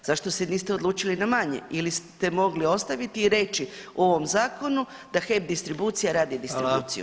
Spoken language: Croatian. Zašto se niste odlučili na manje ili ste mogli ostaviti i reći u ovom zakonu da HEP distribucija radi distribuciju.